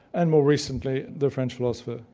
and more recently, the french philosopher,